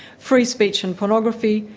free speech and pornography,